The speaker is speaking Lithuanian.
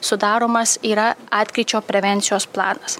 sudaromas yra atkryčio prevencijos planas